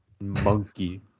monkey